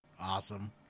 Awesome